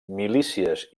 milícies